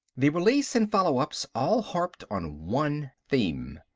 the release and follow-ups all harped on one theme.